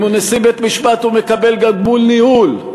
אם הוא נשיא בית-משפט הוא מקבל גם גמול ניהול.